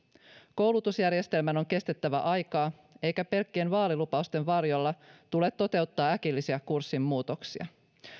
koulutusjärjestelmän on kestettävä aikaa eikä pelkkien vaalilupausten varjolla tule toteuttaa äkillisiä kurssin muutoksia